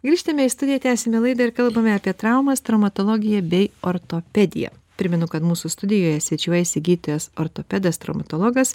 grįžtame į studiją tęsiame laidą ir kalbame apie traumas traumatologiją bei ortopediją primenu kad mūsų studijoje svečiuojasi gydytojas ortopedas traumatologas